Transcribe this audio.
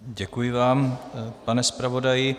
Děkuji vám, pane zpravodaji.